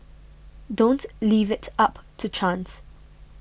don't leave it up to chance